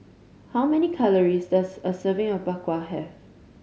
how many calories does a serving of Bak Kwa have